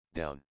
down